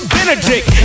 Benedict